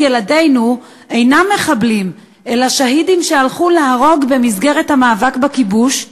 ילדינו אינם מחבלים אלא שהידים שהלכו להרוג במסגרת המאבק בכיבוש?